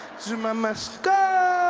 zuma must go!